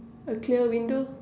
a clear window